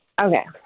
Okay